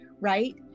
right